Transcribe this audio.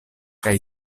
kaj